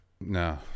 No